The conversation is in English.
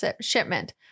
shipment